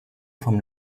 vom